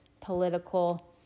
political